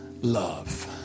love